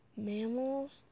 mammals